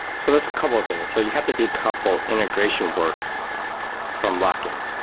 so there's a couple of things. so you have to decouple integration work from lock-in.